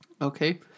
Okay